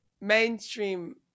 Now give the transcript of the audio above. Mainstream